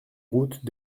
route